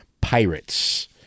Pirates